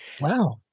wow